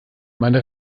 meine